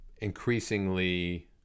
increasingly